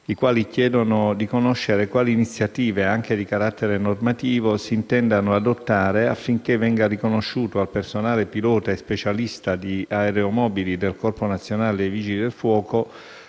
i quali chiedono di conoscere quali iniziative, anche di carattere normativo, si intendano adottare affinché venga riconosciuto al personale pilota e specialista di aeromobili del Corpo nazionale dei vigili del fuoco